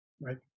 right